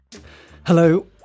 Hello